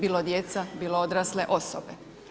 Bilo djeca, bilo odrasle osobe.